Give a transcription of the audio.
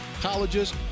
colleges